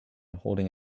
holding